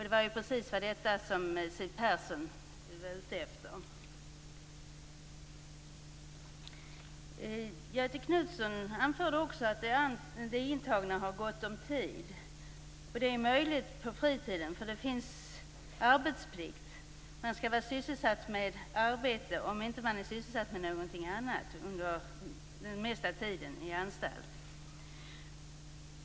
Det var precis det som Siw Persson var ute efter. Göthe Knutson anförde också att de intagna har gott om tid. Det är möjligt att de har det på fritiden. Det finns arbetsplikt. Man skall vara sysselsatt med arbete om man inte är sysselsatt med någonting annat under mesta tiden på anstalt.